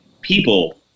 people